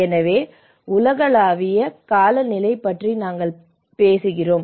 எனவே உலகளாவிய காலநிலை பற்றி நாங்கள் பேசுகிறோம்